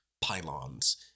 pylons